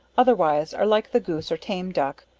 otherwise are like the goose or tame duck,